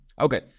okay